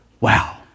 wow